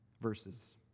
verses